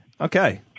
Okay